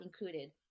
included